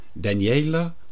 Daniela